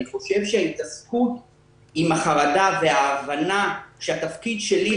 אני חושב שההתעסקות עם החרדה וההבנה שהתפקיד שלי,